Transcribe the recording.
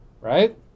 Right